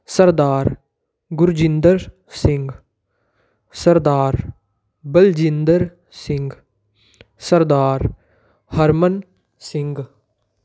Sardar Gurjinder Singh Sardar Baljinder Singh Sardar Harman Singh